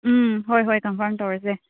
ꯎꯝ ꯍꯣꯏ ꯍꯣꯏ ꯀꯟꯐꯥꯝ ꯇꯧꯔꯁꯦ